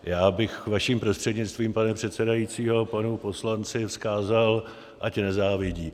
Já bych, vaším prostřednictvím, pane předsedající, panu poslanci vzkázal, ať nezávidí.